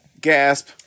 Gasp